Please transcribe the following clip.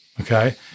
Okay